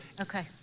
Okay